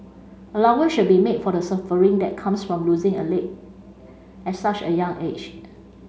allowance should be made for the suffering that comes from losing a leg at such a young age